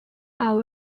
are